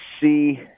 see